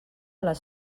les